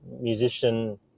musician